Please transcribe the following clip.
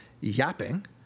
yapping